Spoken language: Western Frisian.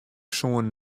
soene